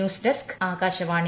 news desk Akashvani